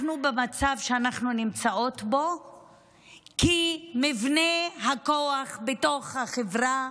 אנחנו במצב שאנחנו נמצאות בו כי מבנה הכוח בתוך החברה,